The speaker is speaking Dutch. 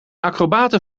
acrobaten